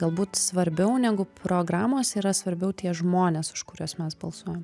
galbūt svarbiau negu programos yra svarbiau tie žmonės už kuriuos mes balsuojam